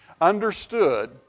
understood